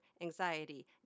anxiety